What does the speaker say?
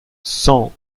cent